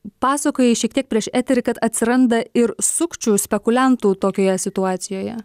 pasakojai šiek tiek prieš eterį kad atsiranda ir sukčių spekuliantų tokioje situacijoje